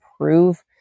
prove